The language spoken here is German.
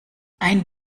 ein